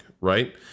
right